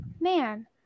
man